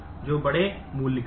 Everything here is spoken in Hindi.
जो बड़े मूल्य का है